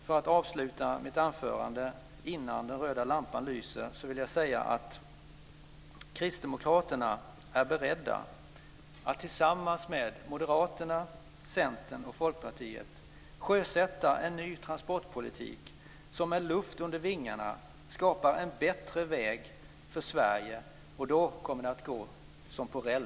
För att avsluta mitt anförande innan den röda lampan lyser vill jag också säga att Kristdemokraterna är beredda att tillsammans med Moderaterna, Centern och Folkpartiet sjösätta en ny transportpolitik, som ger luft under vingarna och skapar en bättre väg för Sverige. Då kommer det att gå som på räls.